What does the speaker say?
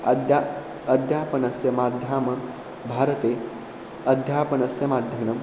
अद्य अध्यापनस्य माध्यामः भारते अध्यापनस्य माध्यमः